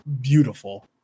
beautiful